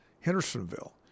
Hendersonville